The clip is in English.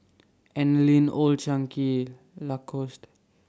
Anlene Old Chang Kee Lacoste